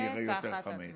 ככה אני אראה יותר חמץ.